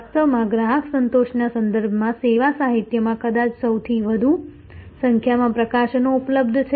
વાસ્તવમાં ગ્રાહક સંતોષના સંદર્ભમાં સેવા સાહિત્યમાં કદાચ સૌથી વધુ સંખ્યામાં પ્રકાશનો ઉપલબ્ધ છે